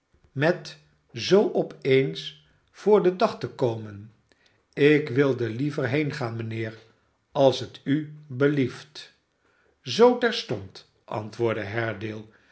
met zoo op eens voor den dag te komen ik wilde liever heengaan mijnheer als het u belieft zoo terstond antwoordde